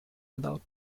without